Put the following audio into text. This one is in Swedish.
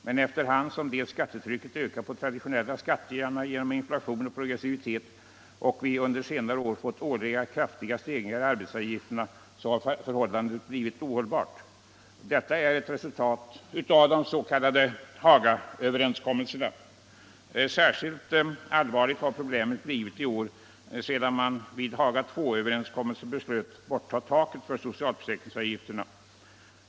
Men efter hand som skattetrycket ökat på de traditionella skatterna genom inflation och progressivitet och då vi under de senare åren fått årliga kraftiga stegringar i arbetsgivaravgifterna har förhållandet blivit ohållbart. Detta är ett resultat av de s.k. Hagaöverenskommelserna. Särskilt allvarligt har problemet blivit i år sedan man vid Haga Il-överenskommelsen beslöt borttaga taket för socialförsäkringsavgifterna.